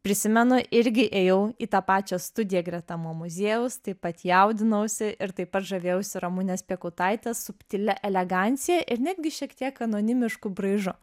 prisimenu irgi ėjau į tą pačią studiją greta mo muziejaus taip pat jaudinausi ir taip pat žavėjausi ramunės piekautaitės subtilia elegancija ir netgi šiek tiek anonimišku braižu